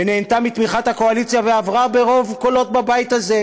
נהנתה מתמיכת הקואליציה ועברה ברוב קולות בבית הזה,